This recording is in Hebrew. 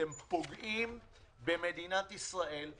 אתם פוגעים במדינת ישראל,